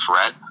threat